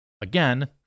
Again